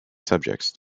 subjects